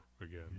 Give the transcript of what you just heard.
again